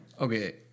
okay